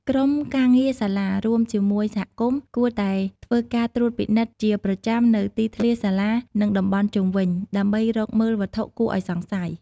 ក្រុមការងារសាលា រួមជាមួយសហគមន៍ គួរតែធ្វើការត្រួតពិនិត្យជាប្រចាំនូវទីធ្លាសាលា និងតំបន់ជុំវិញ ដើម្បីរកមើលវត្ថុគួរឱ្យសង្ស័យ។